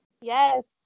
Yes